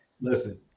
listen